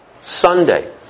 Sunday